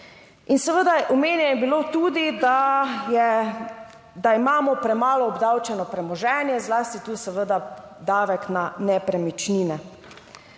In seveda omenjeno je bilo tudi, da imamo premalo obdavčeno premoženje, zlasti tu seveda davek na nepremičnine.